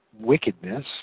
wickedness